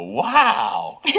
wow